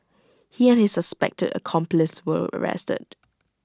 he and his suspected accomplice were arrested